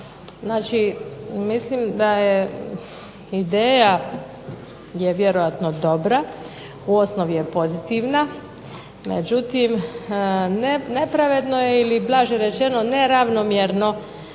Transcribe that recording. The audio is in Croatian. Znači, mislim da je ideja je vjerojatno dobra u osnovi je pozitivna međutim nepravedno je ili blaže rečeno neravnomjerno